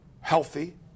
healthy